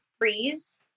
freeze